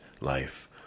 life